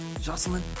Jocelyn